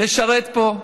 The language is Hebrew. לשרת פה.